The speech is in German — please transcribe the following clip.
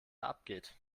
abgeht